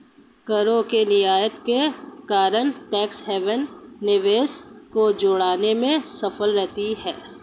करों के रियायत के कारण टैक्स हैवन निवेश को जुटाने में सफल रहते हैं